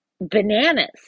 bananas